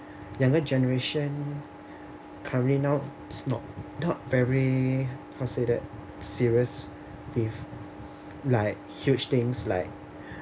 younger generation currently now is not not very how to say that serious with like huge things like